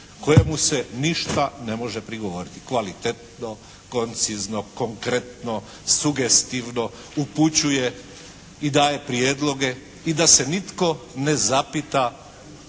kojemu se ništa ne može prigovoriti. Kvalitetno, koncizno, konkretno, sugestivno upućuje i daje prijedloge i da se nitko ne zapita